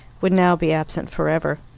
would now be absent for ever.